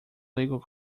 legal